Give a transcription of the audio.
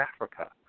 Africa